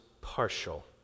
partial